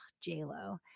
j-lo